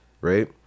right